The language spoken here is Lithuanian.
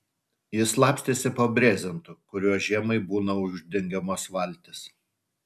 jis slapstėsi po brezentu kuriuo žiemai būna uždengiamos valtys